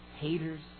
haters